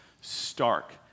stark